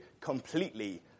completely